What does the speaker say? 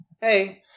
Hey